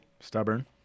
Stubborn